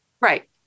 Right